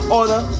order